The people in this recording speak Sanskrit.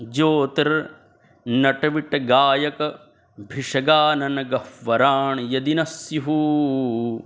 ज्योतिर्नटविटगायकभिषगाननगह्वराणि यदि न् स्युः